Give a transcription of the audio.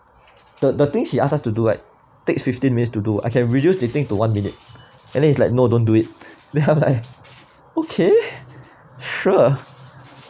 the the thing she ask us to do right takes fifteen minutes to do I can reduce the thing to one minute and then he's like no don't do it then I'm like okay sure